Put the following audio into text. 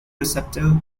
receptor